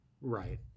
right